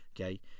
okay